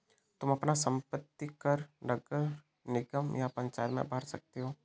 तुम अपना संपत्ति कर नगर निगम या पंचायत में भर सकते हो